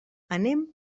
anem